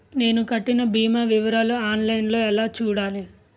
నేను కట్టిన భీమా వివరాలు ఆన్ లైన్ లో ఎలా చూడాలి?